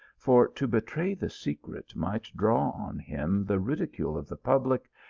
for to betray the secret might draw on him the ridicule of the public,